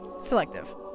Selective